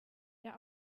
der